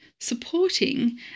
Supporting